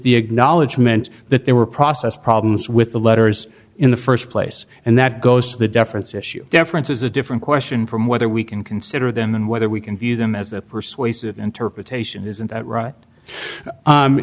the acknowledgement that they were process problems with letters in the st place and that goes to the deference issue deference is a different question from whether we can consider them and whether we can view them as a persuasive interpretation isn't that right